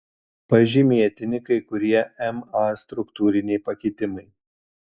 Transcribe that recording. pažymėtini kai kurie ma struktūriniai pakitimai